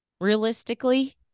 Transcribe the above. realistically